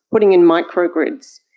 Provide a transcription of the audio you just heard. putting in micro-grids,